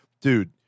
dude